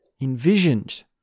envisioned